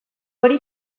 hori